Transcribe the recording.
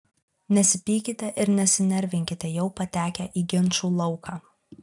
nesipykite ir nesinervinkite jau patekę į ginčų lauką